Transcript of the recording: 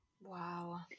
Wow